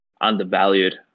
undervalued